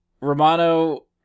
Romano